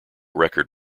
record